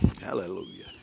Hallelujah